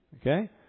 Okay